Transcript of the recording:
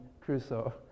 Crusoe